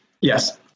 Yes